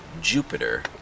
Jupiter